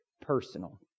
personal